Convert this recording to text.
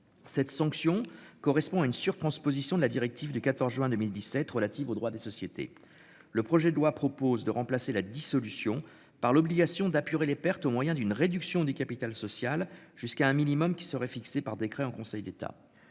Cette sanction correspond à une surtransposition de la directive du 14 juin 2017 relative au droit des sociétés. Le projet de loi propose de remplacer la dissolution par l'obligation d'apurer les pertes au moyen d'une réduction du capital social jusqu'à un minimum qui serait fixé par décret en Conseil d'État.